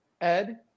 Ed